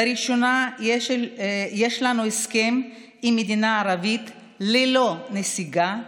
לראשונה יש לנו הסכם עם מדינה ערבית ללא נסיגה,